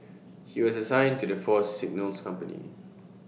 he was assigned to the Force's signals company